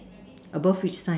above which sign